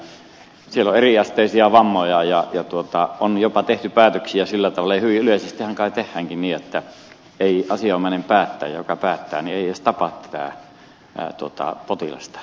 siellä on eriasteisia vammoja ja on jopa tehty päätöksiä sillä tavalla ja hyvin yleisestihän kai tehdäänkin niin että ei asianomainen päättäjä joka päättää edes tapaa potilasta